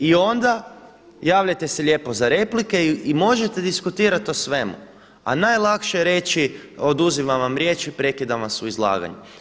I onda javljajte se lijepo za replike i možete diskutirati o svemu, a najlakše je reći oduzimam vam riječ i prekidam vas u izlaganju.